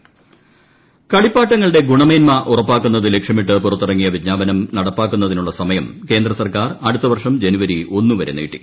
കാലാവധി നീട്ടി കളിപ്പാട്ടങ്ങളുടെ ഗുണമേന്മ ഉറപ്പാക്കുന്നത് ലക്ഷ്യമിട്ട് പുറത്തിറങ്ങിയ വിജ്ഞാപനം നടപ്പാക്കുന്നതിനുള്ള സമയം കേന്ദ്ര സർക്കാർ അടുത്ത വർഷം ജനുവരി ഒന്നുവരെ നീട്ടി